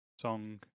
song